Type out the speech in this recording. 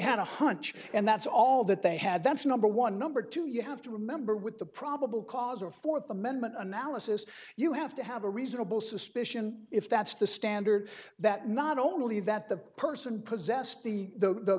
a hunch and that's all that they had that's number one number two you have to remember with the probable cause or fourth amendment analysis you have to have a reasonable suspicion if that's the standard that not only that the person possessed the the